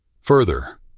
Further